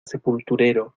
sepulturero